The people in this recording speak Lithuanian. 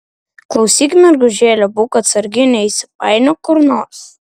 klausyk mergužėle būk atsargi neįsipainiok kur nors